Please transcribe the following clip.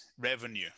revenue